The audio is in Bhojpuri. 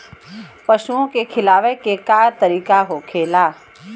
पशुओं के खिलावे के का तरीका होखेला?